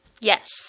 Yes